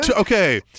okay